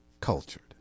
cultured